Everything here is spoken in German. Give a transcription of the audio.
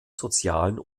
sozialen